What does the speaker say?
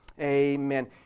Amen